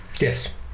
Yes